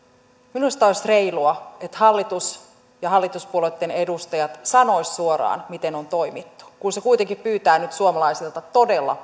minusta olisi reilua että hallitus ja hallituspuolueitten edustajat sanoisivat suoraan miten on toimittu kun se kuitenkin pyytää nyt suomalaisilta todella